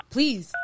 Please